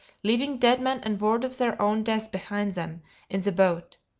leaving dead men and word of their own death behind them in the boat.